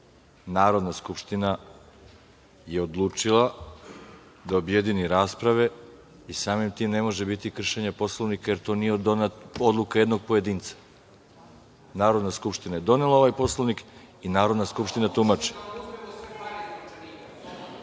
Narodna skupština je odlučila da objedini raspravu i samim tim ne može biti kršenje Poslovnika, jer to nije odluka jednog pojedinca. Narodna skupština je donela ovaj Poslovnik i Narodna skupština tumači.(Saša